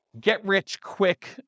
get-rich-quick